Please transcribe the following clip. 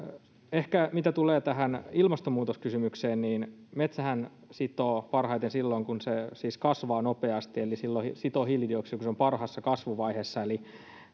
ehkä mitä tulee ilmastonmuutoskysymykseen niin metsähän sitoo parhaiten silloin kun se kasvaa nopeasti eli silloin se sitoo hiilidioksidia kun se on parhaassa kasvuvaiheessa